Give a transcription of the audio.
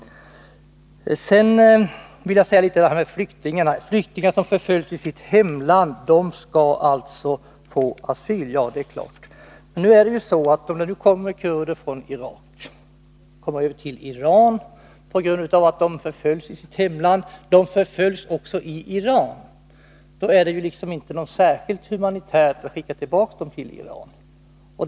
Sedan vill jag säga några ord om flyktingarna. Flyktingar som förföljs i sitt hemland skall alltså få asyl, det är klart. Om det nu kommer kurder från Irak över till Iran på grund av att de förföljs i sitt hemland men förföljs också i Iran, då är det inte så särskilt humanitärt att skicka dem tillbaka till Iran.